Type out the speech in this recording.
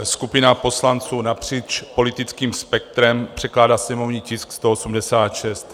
Skupina poslanců napříč politickým spektrem předkládá sněmovní tisk 186.